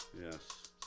Yes